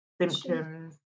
symptoms